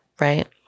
right